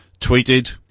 tweeted